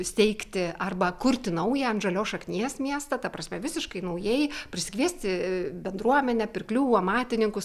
steigti arba kurti naują ant žalios šaknies miestą ta prasme visiškai naujai prisikviesti bendruomenę pirklių amatininkų